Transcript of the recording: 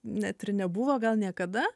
net nebuvo gal niekada